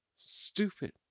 stupid